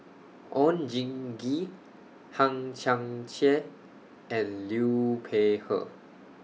Oon Jin Gee Hang Chang Chieh and Liu Peihe